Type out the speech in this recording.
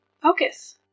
focus